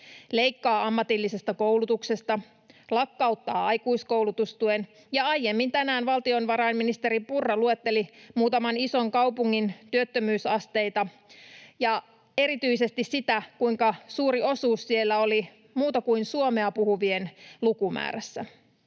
Leikkaa ammatillisesta koulutuksesta, lakkauttaa aikuiskoulutustuen. Aiemmin tänään valtiovarainministeri Purra luetteli muutaman ison kaupungin työttömyysasteita ja erityisesti sitä, kuinka suuri osuus siellä oli muuta kuin suomea puhuvien lukumäärässä.